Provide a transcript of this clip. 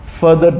further